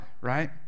Right